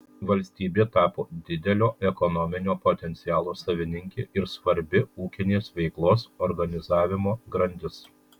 valstybė tapo didelio ekonominio potencialo savininkė ir svarbi ūkinės veiklos organizavimo grandis